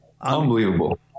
Unbelievable